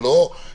זה לא במחשכים,